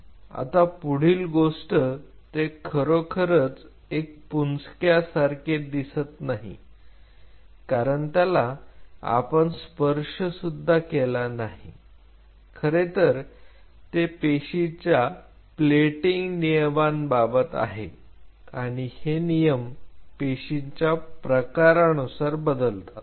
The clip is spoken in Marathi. आता पुढील गोष्ट ते खरोखरच एक पुंजकयासारखे दिसत नाही कारण त्याला आपण स्पर्श सुद्धा केला नाही खरेतर ते पेशीच्या प्लेटिंग नियमांबाबत आहे आणि हे नियम पेशींच्या प्रकारानुसार बदलतात